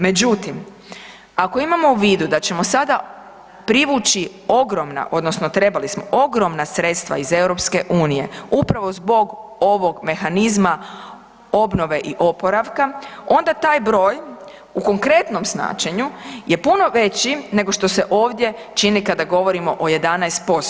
Međutim, ako imamo u vidu da ćemo sada privući ogromna odnosno trebali smo, ogromna sredstva iz EU upravo zbog ovog Mehanizma obnove i oporavka onda taj broj u konkretnom značenju je puno veći nego što se ovdje čine kada govorimo o 11%